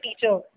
teacher